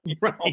Right